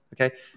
okay